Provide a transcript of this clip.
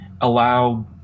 allow